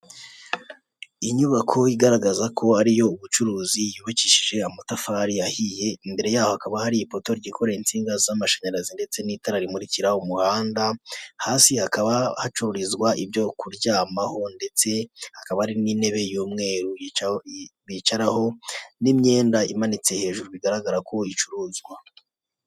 Inyubako igaragaza ko ari iyubucuruzi yubakishije amatafari ahiye imbere yaho hakaba hari ipoto ryikoreye insinga z'amashanyarazi ndetse n'itara rimurikira umuhanda, hasi hakaba hacururizwa ibyo kuryamaho ndetse hakaba ari n'intebe y'umweru bicaraho n'imyenda imanitse hejuru bigaragara ko icuruzwa .